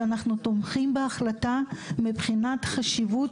ואנחנו תומכים בהחלטה מבחינת חשיבות